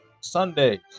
Sundays